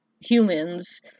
humans